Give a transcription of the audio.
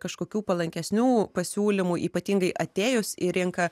kažkokių palankesnių pasiūlymų ypatingai atėjus į rinką